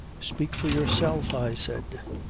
speak for yourself, i said.